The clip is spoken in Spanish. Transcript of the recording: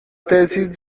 tesis